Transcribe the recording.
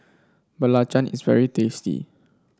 belacan is very tasty